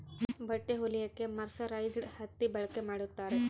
ಬಟ್ಟೆ ಹೊಲಿಯಕ್ಕೆ ಮರ್ಸರೈಸ್ಡ್ ಹತ್ತಿ ಬಳಕೆ ಮಾಡುತ್ತಾರೆ